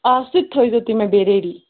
آ سُہ تہِ تھٲیزیٚو تُہۍ مےٚ بیٚیہِ ریڈی